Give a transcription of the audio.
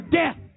death